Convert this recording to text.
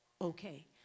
okay